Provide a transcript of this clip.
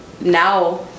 now